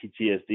PTSD